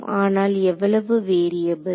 ஆனால் எவ்வளவு வேரியபுள்ஸ்